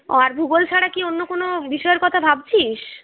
ও আর ভূগোল ছাড়া কি অন্য কোন বিষয়ের কথা ভাবছিস